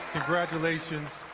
congratulations.